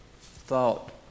thought